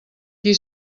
qui